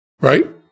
Right